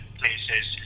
places